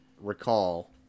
recall